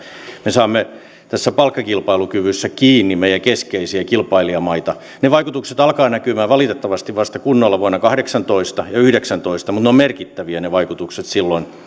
me saamme tässä palkkakilpailukyvyssä kiinni meidän keskeisiä kilpailijamaitamme ne vaikutukset alkavat näkymään kunnolla valitettavasti vasta vuonna kahdeksantoista ja yhdeksäntoista mutta ne vaikutukset ovat merkittäviä silloin